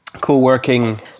co-working